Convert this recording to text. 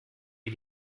wie